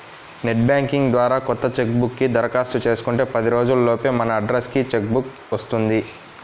net banking ద్వారా కొత్త cheque book కి దరఖాస్తు చేసుకుంటే పది రోజుల లోపే మన అడ్రస్ కి చెక్ బుక్ వస్తుంది